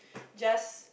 just